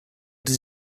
does